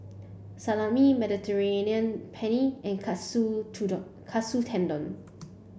Salami Mediterranean Penne and Katsu Katsu Tendon